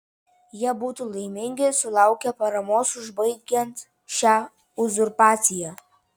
jie būtų laimingi sulaukę paramos užbaigiant šią uzurpaciją